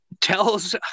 Tells